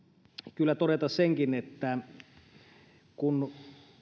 kyllä todeta senkin että kun